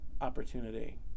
opportunity